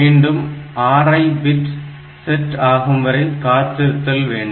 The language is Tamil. மீண்டும் RI பிட் செட் ஆகும்வரை காத்திருத்தல் வேண்டும்